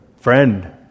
friend